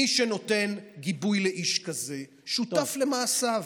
מי שנותן גיבוי לאיש כזה שותף למעשיו.